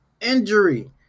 injury